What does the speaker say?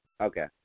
Okay